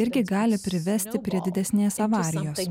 irgi gali privesti prie didesnės avarijos